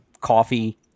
coffee